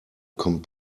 kommt